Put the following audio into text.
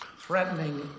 threatening